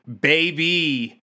baby